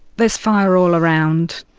there's fire all around.